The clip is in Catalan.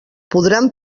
podran